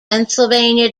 pennsylvania